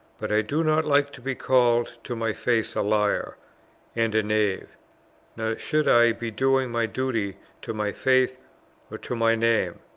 but i do not like to be called to my face a liar and a knave nor should i be doing my duty to my faith or to my name,